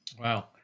Wow